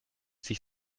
sich